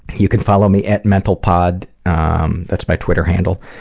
you can follow me at mentalpod um that's my twitter handle.